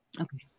Okay